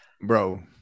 bro